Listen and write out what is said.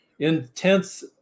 intense